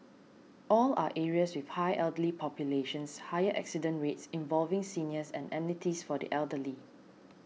all are areas with high elderly populations higher accident rates involving seniors and amenities for the elderly